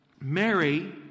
Mary